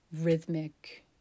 rhythmic